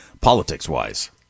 politics-wise